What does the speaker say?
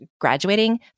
graduating